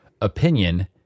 Opinion